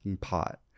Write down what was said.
pot